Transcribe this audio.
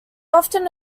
often